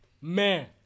man